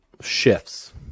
shifts